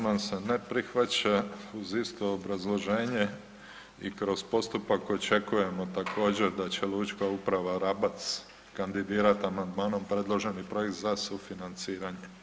Amandman se ne prihvaća uz isto obrazloženje i kroz postupak koji očekujemo također da će Lučka uprava Rabac kandidirat amandmanom predloženi projekt za sufinanciranje.